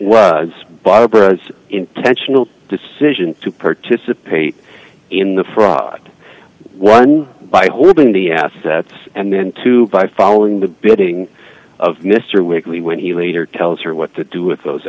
was barbara's intentional decision to participate in the fraud one by holding the assets and then to by following the bidding of mr wakely when he later tells her what to do with those